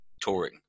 touring